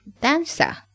dancer